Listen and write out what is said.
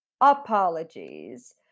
apologies